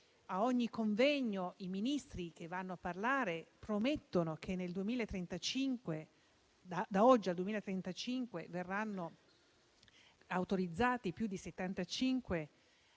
A ogni convegno, i Ministri che intervengono promettono che, da oggi al 2035, verranno autorizzati più di 75